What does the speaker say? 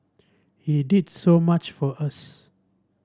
he did so much for us